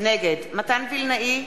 נגד מתן וילנאי,